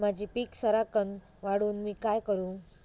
माझी पीक सराक्कन वाढूक मी काय करू?